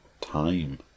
time